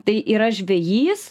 tai yra žvejys